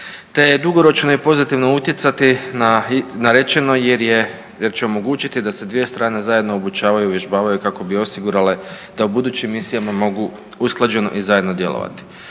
je dugoročno i pozitivno utjecati na rečeno jer će omogućiti da se dvije strane zajedno obučavaju i uvježbavaju kako bi osigurale da u budućim misijama mogu usklađeno i zajedno djelovati.